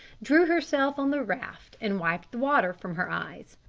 drew herself on the raft and wiped the water from her eyes.